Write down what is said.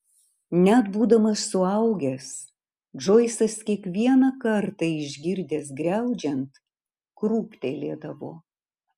net būdamas suaugęs džoisas kiekvieną kartą išgirdęs griaudžiant krūptelėdavo